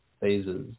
phases